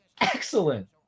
excellent